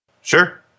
Sure